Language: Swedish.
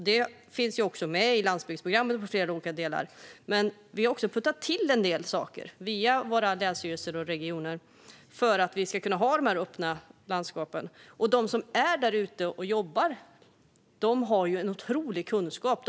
Det finns också med i landsbygdsprogrammet. Men vi har också puttat till en del saker via våra länsstyrelser och regioner för att vi ska ha de öppna landskapen. De som jobbar där har en otrolig kunskap.